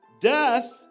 Death